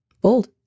Bold